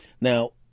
Now